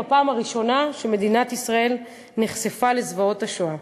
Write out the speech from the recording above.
בפעם הראשונה מדינת ישראל נחשפה לזוועות השואה.